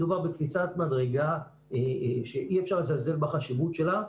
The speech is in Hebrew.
מדובר בקפיצת מדרגה שאי אפשר לזלזל בחשיבות שלה.